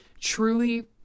truly